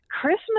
Christmas